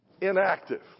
inactive